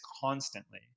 constantly